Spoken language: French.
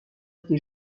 été